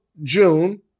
June